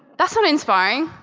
that's not inspiring.